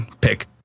pick